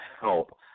help